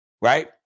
right